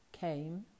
came